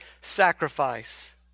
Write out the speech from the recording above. sacrifice